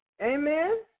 Amen